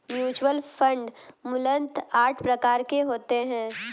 mutual fund मूलतः आठ प्रकार के होते हैं